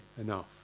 enough